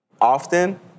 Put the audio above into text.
often